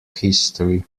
history